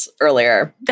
earlier